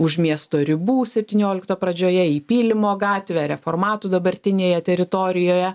už miesto ribų septyniolikto pradžioje į pylimo gatvę reformatų dabartinėje teritorijoje